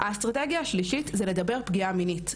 האסטרטגיה השלישית היא לדבר פגיעה מינית.